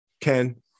Ken